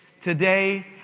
today